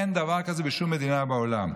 אין דבר כזה בשום מדינה בעולם.